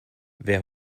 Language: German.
wer